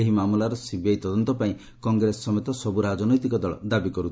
ଏହି ମାମଲାର ସିବିଆଇ ତଦନ୍ତପାଇଁ କଂଗ୍ରେସ ସମେତ ସବ୍ର ରାଜନୈତିକ ଦଳ ଦାବି କରୁଥିଲେ